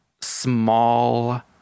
small